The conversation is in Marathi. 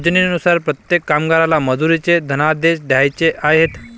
योजनेनुसार प्रत्येक कामगाराला मजुरीचे धनादेश द्यायचे आहेत